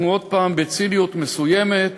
עוד הפעם, בציניות מסוימת,